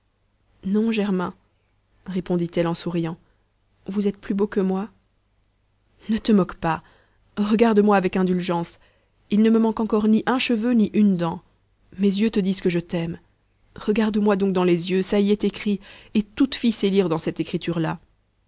non germain répondit-elle en souriant vous êtes plus beau que moi ne te moque pas regarde-moi avec indulgence il ne me manque encore ni un cheveu ni une dent mes yeux te disent que je t'aime regarde-moi donc dans les yeux ça y est écrit et toute fille sait lire dans cette écriture là